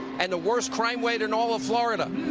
and the worst crime rate in all of florida.